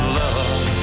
love